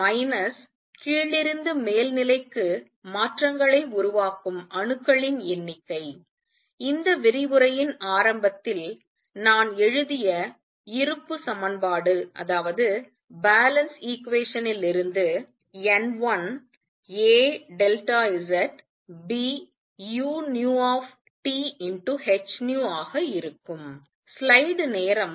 minus கீழிருந்து மேல் நிலைக்கு மாற்றங்களை உருவாக்கும் அணுக்களின் எண்ணிக்கை இந்த விரிவுரையின் ஆரம்பத்தில் நான் எழுதிய இருப்பு சமன்பாட்டிலிருந்து n1aZBuThν ஆக இருக்கும்